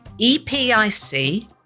E-P-I-C